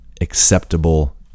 acceptable